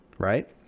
right